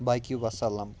باقی وَالسلم